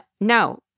no